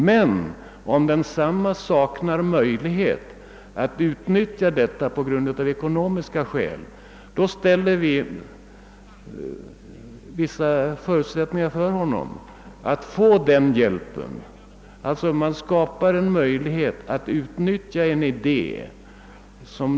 Men om den enskilde saknar ekonomiska möjligheter att utnyttja innovationen, kan han under vissa förutsättningar få hjälp att utnyttja sin idé.